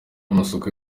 amasoko